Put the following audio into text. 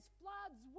floods